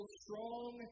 strong